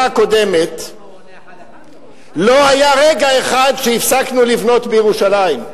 הקודמת לא היה רגע אחד שהפסקנו לבנות בירושלים.